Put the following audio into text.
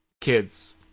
Kids